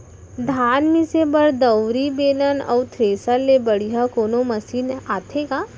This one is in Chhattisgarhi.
धान मिसे बर दंवरि, बेलन अऊ थ्रेसर ले बढ़िया कोनो मशीन आथे का?